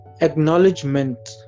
acknowledgement